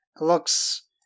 looks